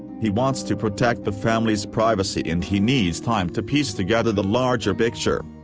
he wants to protect the family's privacy and he needs time to piece together the larger picture.